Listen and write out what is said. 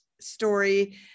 story